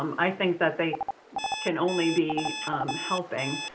um i think that they can only be helping.